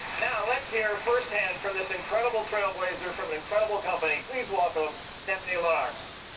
now let's hear first hand from this incredible trailblazer from an incredible company. please welcome stephanie linnartz.